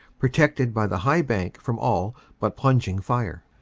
protected by the high bank from all but plunging fire.